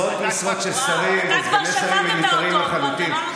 של עשרות משרות של שרים וסגני שרים מיותרים לחלוטין.